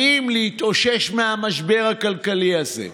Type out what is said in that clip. ובכן, תוצאות ההצבעה הן כדלקמן: בעד,